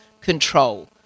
control